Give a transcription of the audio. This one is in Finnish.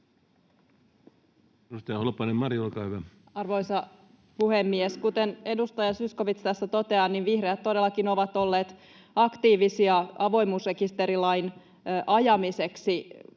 Arvoisa puhemies! Kuten edustaja Zyskowicz tässä toteaa, vihreät todellakin ovat olleet aktiivisia avoimuusrekisterilain ajamiseksi